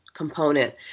component